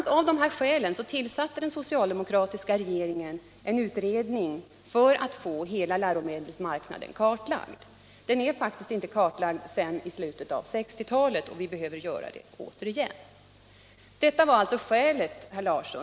a. av dessa skäl tillsatte den socialdemokratiska regeringen en utredning för att få hela läromedelsmarknaden kartlagd. Någon kartläggning har inte gjorts sedan slutet på 1960-talet. En ny kartläggning behöver nu göras. Det är alltså detta som är skälen, herr Larsson i Staffanstorp.